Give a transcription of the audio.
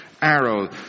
arrow